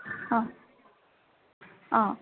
অ' অ'